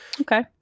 Okay